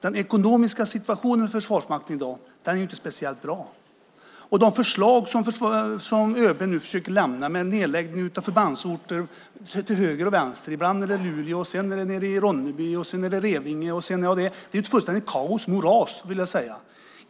Den ekonomiska situationen för Försvarsmakten i dag är inte speciellt bra. Det gäller de förslag som ÖB nu försöker lämna med nedläggning av förbandsorter till höger och vänster. Ibland är det Luleå, och sedan är det Ronneby och Revinge. Det är ett fullständigt kaos och moras.